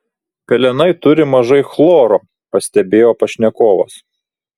pelenai turi mažai chloro pastebėjo pašnekovas